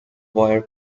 wire